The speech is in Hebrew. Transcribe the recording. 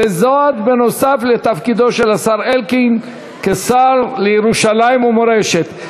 וזאת בנוסף לתפקידו של השר אלקין כשר לירושלים ומורשת.